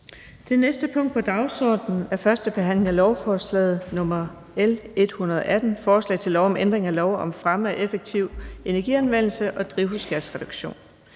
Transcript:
Det næste punkt på dagsordenen er: 3) 1. behandling af lovforslag nr. L 118: Forslag til lov om ændring af lov om fremme af effektiv energianvendelse og drivhusgasreduktion.